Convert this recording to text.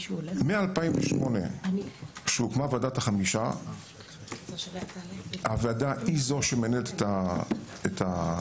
מ-2008 כשהוקמה ועדת החמישה הוועדה היא זאת שמנהלת את האתר,